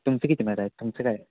तुमचं किती माड आहे तुमचं काय